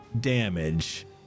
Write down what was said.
damage